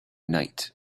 night